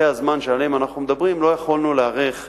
ובטווחי הזמן שעליהם אנחנו מדברים לא יכולנו להיערך